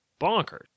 bonkers